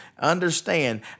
Understand